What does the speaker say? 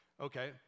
Okay